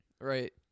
Right